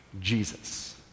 Jesus